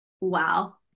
Wow